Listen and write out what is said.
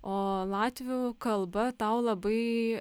o latvių kalba tau labai